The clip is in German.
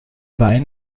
wein